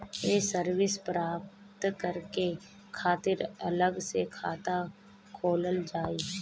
ये सर्विस प्राप्त करे के खातिर अलग से खाता खोलल जाइ?